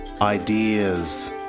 Ideas